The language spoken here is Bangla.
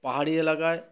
পাহাড়ি এলাকায়